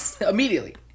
immediately